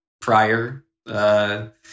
prior